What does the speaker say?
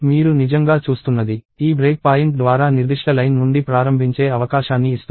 మీరు నిజంగా చూస్తున్నది ఈ బ్రేక్ పాయింట్ ద్వారా నిర్దిష్ట లైన్ నుండి ప్రారంభించే అవకాశాన్ని ఇస్తుంది